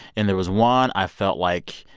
and there was one i felt like,